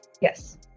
yes